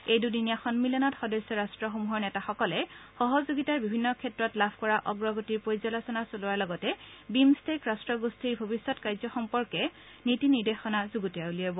এই দুদিনীয়া সন্মিলনত সদস্য ৰট্টসমূহৰ নেতাসকলে সহযোগিতাৰ বিভিন্ন ক্ষেত্ৰত লাভ কৰা অগ্ৰগতিৰ পৰ্যালোচনা চলোৱাৰ লগত বিম্ ষ্টেক ৰাষ্ট্ৰগোষ্ঠীৰ ভৱিষ্যৎ কাৰ্য সম্পৰ্কে নীতি নিৰ্দেশনা যুগুতাই উলিয়াব